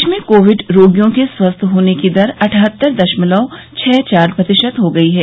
देश में कोविड रोगियों के स्वस्थ होने की दर अठहत्तर दशमलव छह चार प्रतिशत हो गई है